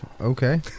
okay